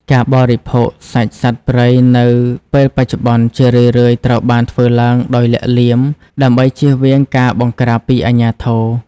ការបរិភោគសាច់សត្វព្រៃនៅពេលបច្ចុប្បន្ន ជារឿយៗត្រូវបានធ្វើឡើងដោយលាក់លៀម ដើម្បីជៀសវាងការបង្ក្រាបពីអាជ្ញាធរ។